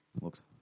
Looks